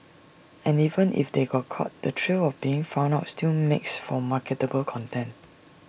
and even if they got caught the thrill of being found out still makes for marketable content